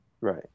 Right